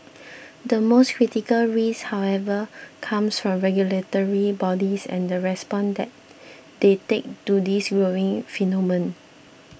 the most critical risk however comes from regulatory bodies and the response that they take to this growing phenomenon